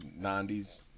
90s